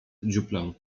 dziuplę